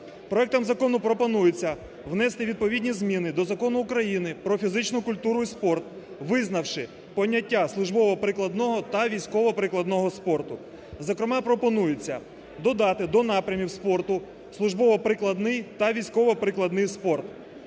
Проектом закону пропонується внести відповідні зміни до Закону України "Про фізичну культуру і спорт", визнавши поняття "службово-прикладного та військово-прикладного спорту". Зокрема, пропонується додати до напрямів спорту службово-прикладний та військово-прикладний спорт.